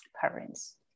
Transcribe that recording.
parents